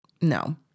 no